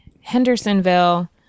Hendersonville